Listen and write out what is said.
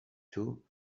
too